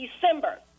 December